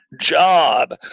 job